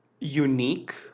unique